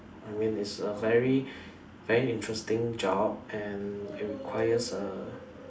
I mean its a very very interesting job and it requires a